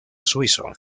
suizo